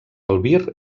albir